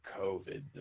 COVID